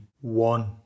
one